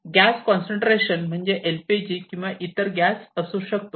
gas concentration म्हणजे LPG किंवा इतर गॅस असू शकतो